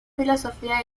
filosofía